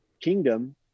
kingdom